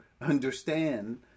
understand